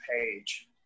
page